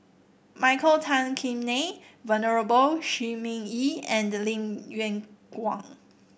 Michael Tan Kim Nei Venerable Shi Ming Yi and Lim Yew Kuan